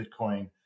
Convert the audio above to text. bitcoin